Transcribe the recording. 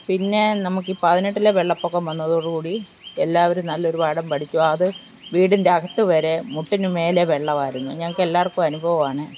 പിന്നെ നമുക്ക് ഈ പതിനെട്ടിലെ വെള്ളപൊക്കം വന്നതോടു കൂടി എല്ലാവരും നല്ലൊരു പാഠം പഠിച്ചു അതു വീടിൻ്റെ അകത്തു വരെ മുട്ടിനു മേലെ വെള്ളമോ ആയിരുന്നു ഞങ്ങൾക്കെല്ലാവർക്കും അനുഭവമാണ്